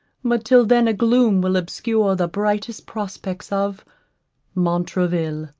but till then a gloom will obscure the brightest prospects of montraville.